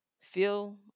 feel